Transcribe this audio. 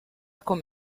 com